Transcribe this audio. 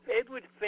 Edward